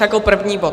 Jako první bod?